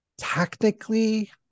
technically